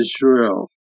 Israel